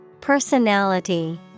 Personality